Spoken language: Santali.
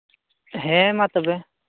ᱦᱮᱸ ᱢᱟ ᱛᱚᱵᱮ